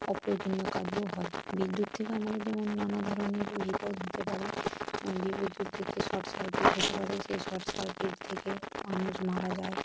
অপ্রয়োজনীয় কাজও হয় বিদ্যুৎ থেকে আমাদের যেমন নানা ধরনের বিপদ হতে পারে বিদ্যুৎ থেকে শর্ট সার্কিট হতে পারে সেই শর্ট সার্কিট থেকে মানুষ মারা যায়